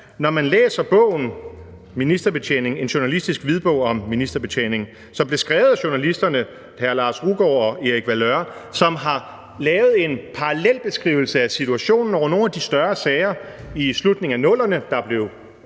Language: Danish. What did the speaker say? »Ministerbetjening - En journalistisk hvidbog om offentlighedsloven«, som blev skrevet af journalisterne hr. Lars Rugaard og Erik Valeur, som har lavet en beskrivelse af situationen med nogle af de større sager i slutningen af 00'erne, der blev